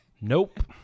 Nope